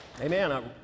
Amen